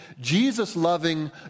Jesus-loving